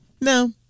No